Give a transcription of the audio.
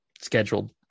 scheduled